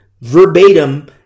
verbatim